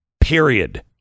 Period